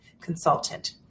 consultant